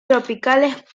tropicales